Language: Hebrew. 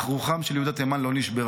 אך רוחם של יהודי תימן לא נשברה,